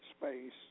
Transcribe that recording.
space